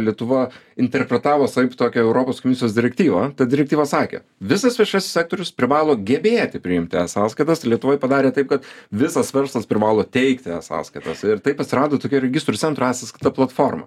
lietuva interpretavo savaip tokią europos komisijos direktyvą ta direktyva sakė visas viešasis sektorius privalo gebėti priimti e sąskaitas tai lietuvoj padarė taip kad visas verslas privalo teikti e sąskaitas ir taip atsirado tokia registrų centro e sąskaita platforma